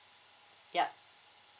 yup